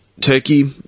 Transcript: Turkey